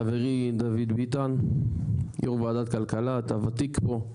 חברי דוד ביטן, יו"ר ועדת כלכלה, אתה ותיק פה,